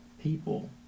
people